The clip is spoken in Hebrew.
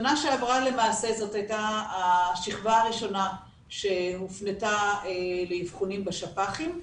שנה שעברה זו הייתה השכבה הראשונה שהופנתה לאבחונים בשפ"חים,